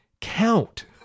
count